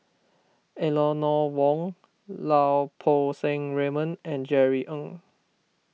Eleanor Wong Lau Poo Seng Raymond and Jerry Ng